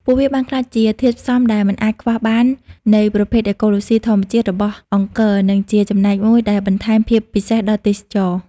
ពួកវាបានក្លាយជាធាតុផ្សំដែលមិនអាចខ្វះបាននៃប្រព័ន្ធអេកូឡូស៊ីធម្មជាតិរបស់អង្គរ និងជាចំណែកមួយដែលបន្ថែមភាពពិសេសដល់ទេសចរណ៍។